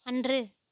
அன்று